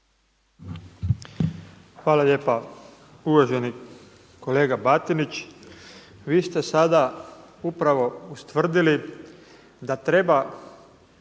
Hvala lijepa uvaženi kolega Batinić. Vi ste sada upravo ustvrdili da treba